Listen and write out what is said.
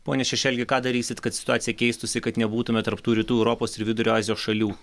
pone šešelgi ką darysit kad situacija keistųsi kad nebūtume tarp tų rytų europos ir vidurio azijos šalių